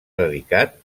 dedicat